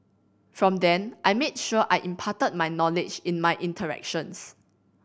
from then I made sure I imparted my knowledge in my interactions